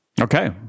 Okay